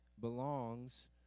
belongs